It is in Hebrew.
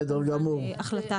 וכמובן להחלטת חברי הוועדה.